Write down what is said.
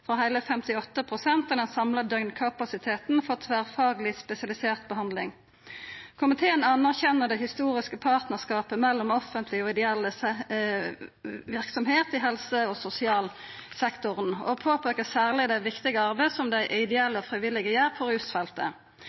for heile 58 pst. av den samla døgnkapasiteten for tverrfagleg, spesialisert behandling. Komiteen anerkjenner det historiske partnarskapet mellom offentleg og ideell verksemd i helse- og sosialsektoren og påpeiker særleg det viktige arbeidet som dei ideelle og frivillige gjer på rusfeltet.